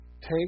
take